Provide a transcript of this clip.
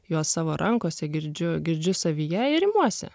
juos savo rankose girdžiu girdžiu savyje ir imuosi